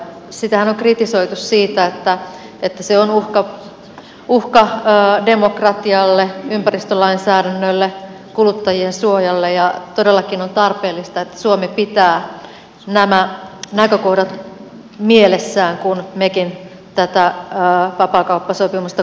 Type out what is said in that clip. sitähän on kritisoitu siitä että se on uhka demokratialle ympäristölainsäädännölle kuluttajien suojalle ja todellakin on tarpeellista että suomi pitää nämä näkökohdat mielessään kun mekin tätä vapaakauppasopimusta kommentoimme